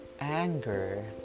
anger